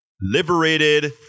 liberated